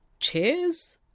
cheers?